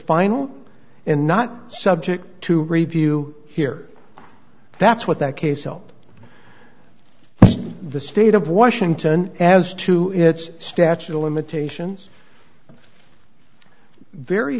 final and not subject to review here that's what that case felt the state of washington as to its statute of limitations very